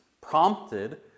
prompted